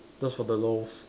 just for the lols